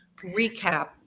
Recap